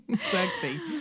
Sexy